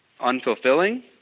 unfulfilling